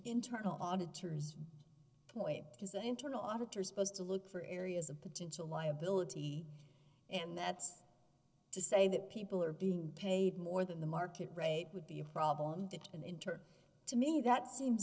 internal auditors point because the internal auditors supposed to look for areas of potential liability and that's to say that people are being paid more than the market rate would be a problem that an inter to me that seems